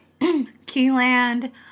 Keyland